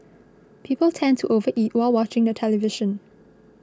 people tend to overeat while watching the television